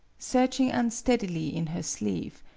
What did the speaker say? searching unsteadily in her sleeve,